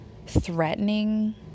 Threatening